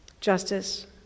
justice